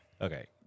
Okay